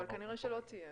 אבל כנראה שלא תהיה.